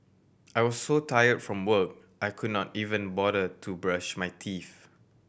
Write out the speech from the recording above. I was so tired from work I could not even bother to brush my teeth